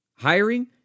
Hiring